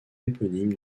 éponyme